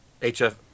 hf